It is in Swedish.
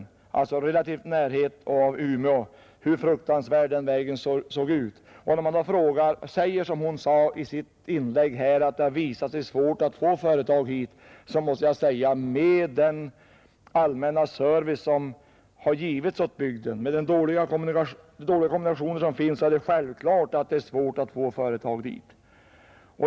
Denna väg ligger alltså i relativ närhet av Umeå, men fru Ludvigsson skulle se hur fruktansvärt dålig den är. I sitt inlägg säger hon att det visat sig svårt att få företag hit upp. Med den allmänna service som givits åt bygden och med de dåliga kommunikationer som finns är det självklart att det blir svårt att få företag lokaliserade dit.